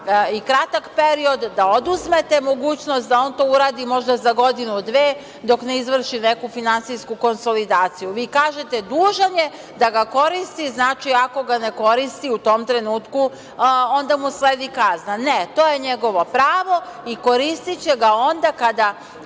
i kratak period da oduzmete mogućnost da on to uradi možda za godinu, dve, dok ne izvrši neku finansijsku konsolidaciju. Vi kažete dužan je da ga koristi, znači ako ga ne koristi u tom trenutku, onda mu sledi kazna. Ne, to je njegovo pravo i koristiće ga onda kada